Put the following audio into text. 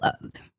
loved